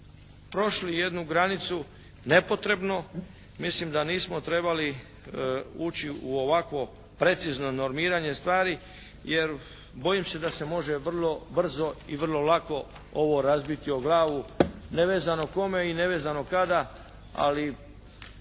prošli jednu granicu nepotrebno, mislim da nismo trebali ući u ovakvo precizno normiranje stvari, jer bojim se da se može vrlo brzo i vrlo lako ovo razbiti o glavu nevezano kome i nevezano kada, ali